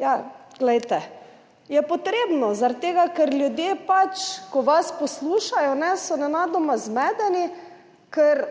Ja, glejte, je potrebno, zaradi tega, ker ljudje pač, ko vas poslušajo, so nenadoma zmedeni, ker